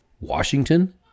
Washington